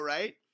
Right